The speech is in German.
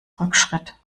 rückschritt